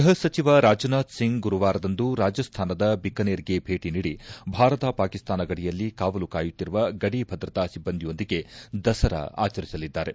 ಗ್ಲಹ ಸಚಿವ ರಾಜನಾಥ್ ಸಿಂಗ್ ಗುರುವಾರದಂದು ರಾಜಸ್ತಾನದ ಬಿಕನೇರ್ಗೆ ಭೇಟಿ ನೀಡಿ ಭಾರತ ಪಾಕಿಸ್ತಾನ ಗಡಿಯಲ್ಲಿ ಕಾವಲು ಕಾಯುತ್ತಿರುವ ಗಡಿ ಭದ್ರತಾ ಸಿಬ್ಲಂದಿಯೊಂದಿಗೆ ದಸರಾ ಆಚರಿಸಲಿದ್ದಾರೆ